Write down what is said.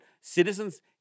citizens